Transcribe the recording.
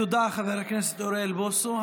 תודה, חבר הכנסת אוריאל בוסו.